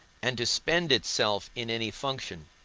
and to spend itself in any function.